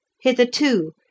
Hitherto